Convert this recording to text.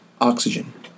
oxygen